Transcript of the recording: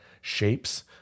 shapes